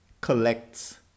collects